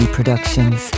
Productions